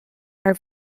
are